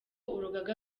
urugaga